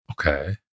Okay